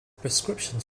prescriptions